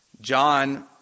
John